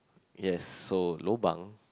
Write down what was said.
yes so lobang